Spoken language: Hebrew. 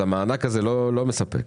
המענק הזה לא מספק.